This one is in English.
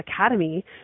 Academy